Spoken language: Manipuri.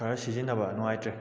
ꯈꯔ ꯁꯤꯖꯤꯟꯅꯕ ꯅꯨꯡꯉꯥꯏꯇ꯭ꯔꯦ